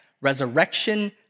resurrection